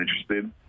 interested